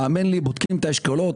האמן לי, בודקים את האשכולות.